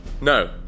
No